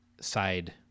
side